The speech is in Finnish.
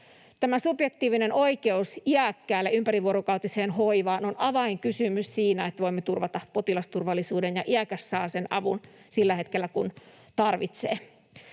subjektiivinen oikeus iäkkäälle ympärivuorokautiseen hoivaan on avainkysymys siinä, että voimme turvata potilasturvallisuuden ja iäkäs saa sen avun sillä hetkellä kun tarvitsee.